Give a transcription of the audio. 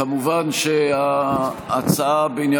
כמו שאמר